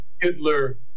Hitler